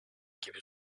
gibi